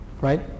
Right